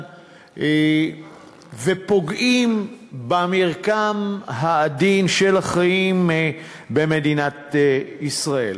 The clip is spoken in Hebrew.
ופוגעים במרקם העדין של החיים במדינת ישראל.